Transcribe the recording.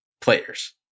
players